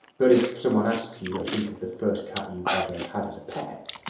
but if someone asks you, you know, think of the first cat you ever had as a pet,